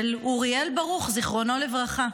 של אוריאל ברוך, זיכרונו לברכה,